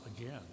again